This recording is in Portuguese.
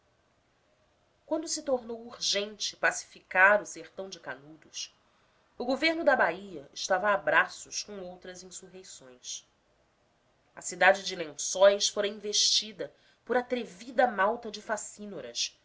quando se tornou urgente pacificar o sertão de canudos o governo da bahia estava a braços com outras insurreições a cidade de lençóis fora investida por atrevida malta de